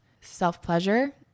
self-pleasure